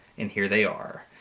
and here they are.